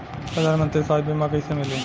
प्रधानमंत्री स्वास्थ्य बीमा कइसे मिली?